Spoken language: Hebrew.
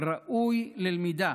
ראוי ללמידה,